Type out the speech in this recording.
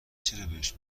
چرابهش